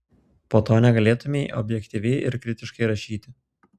po to negalėtumei objektyviai ir kritiškai rašyti